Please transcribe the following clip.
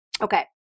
Okay